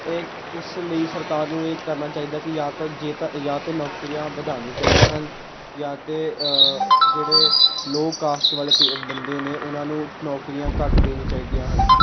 ਇਹ ਇਸ ਲਈ ਸਰਕਾਰ ਨੂੰ ਇਹ ਕਰਨਾ ਚਾਹੀਦਾ ਕਿ ਜਾਂ ਤਾਂ ਜੇ ਤਾਂ ਜਾਂ ਤਾਂ ਨੌਕਰੀਆਂ ਵਧਾਉਣੀਆਂ ਚਾਹੀਦਾ ਹਨ ਜਾਂ ਤਾਂ ਜਿਹੜੇ ਲੋਅ ਕਾਸਟ ਵਾਲੇ ਬੰਦੇ ਨੇ ਉਹਨਾਂ ਨੂੰ ਨੌਕਰੀਆਂ ਘੱਟ ਦੇਣੀ ਚਾਹੀਦੀਆਂ ਹਨ